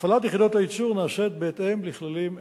הפעלת יחידות הייצור נעשית בהתאם לכללים אלו.